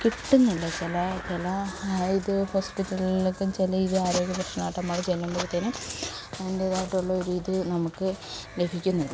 കിട്ടുന്നുണ്ട് ചില ചില ഇത് ഹോസ്പിറ്റലിലൊക്കെ ചില ഈ ആരോഗ്യപ്രശ്നമായിട്ട് നമ്മൾ ചെല്ലുമ്പോഴത്തേനും അതിൻറ്റേതായിട്ടുള്ള ഒരു ഇത് നമുക്ക് ലഭിക്കുന്നില്ല